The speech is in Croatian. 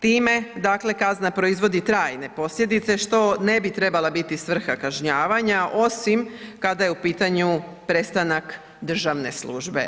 Time dakle kazna proizvodi trajne posljedice što ne bi trebala biti svrha kažnjavanja osim kada je u pitanju prestanak državne službe.